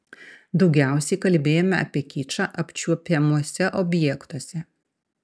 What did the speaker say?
daugiausiai kalbėjome apie kičą apčiuopiamuose objektuose